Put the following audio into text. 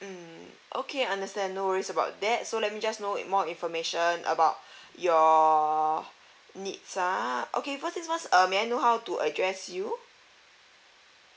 mm okay understand no worries about that so let me just know more information about your needs ah okay first things first err may I know how to address you